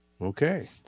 Okay